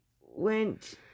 went